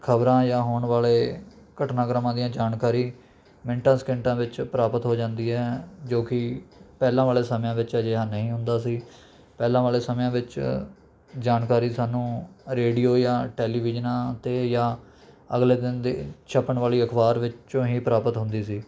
ਖਬਰਾਂ ਜਾਂ ਹੋਣ ਵਾਲੇ ਘਟਨਾਕ੍ਰਮਾਂ ਦੀਆਂ ਜਾਣਕਾਰੀ ਮਿੰਟਾਂ ਸਕਿੰਟਾਂ ਵਿੱਚ ਪ੍ਰਾਪਤ ਹੋ ਜਾਂਦੀ ਹੈ ਜੋ ਕਿ ਪਹਿਲਾਂ ਵਾਲੇ ਸਮਿਆਂ ਵਿੱਚ ਅਜਿਹਾ ਨਹੀਂ ਹੁੰਦਾ ਸੀ ਪਹਿਲਾਂ ਵਾਲਿਆਂ ਸਮਿਆਂ ਵਿੱਚ ਜਾਣਕਾਰੀ ਸਾਨੂੰ ਰੇਡੀਓ ਜਾਂ ਟੈਲੀਵਿਜ਼ਨਾਂ 'ਤੇ ਜਾਂ ਅਗਲੇ ਦਿਨ ਦੀ ਛਪਣ ਵਾਲੀ ਅਖਬਾਰ ਵਿੱਚੋਂ ਹੀ ਪ੍ਰਾਪਤ ਹੁੰਦੀ ਸੀ